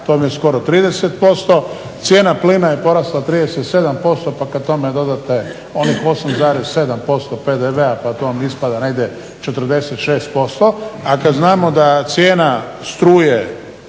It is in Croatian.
vam je skoro 30%, cijena plina je porasla 37% pa kad tome dodate onih 8,7% PDV-a pa to vam ispada negdje 46%, a kad znamo da cijena struje